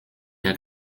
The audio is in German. der